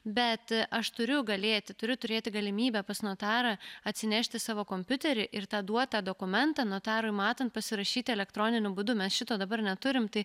bet aš turiu galėti turiu turėti galimybę pas notarą atsinešti savo kompiuterį ir tą duotą dokumentą notarui matant pasirašyti elektroniniu būdu mes šito dabar neturim tai